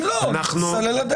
אם לא, תיסלל הדרך לבג"ץ.